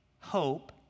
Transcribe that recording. hope